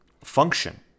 function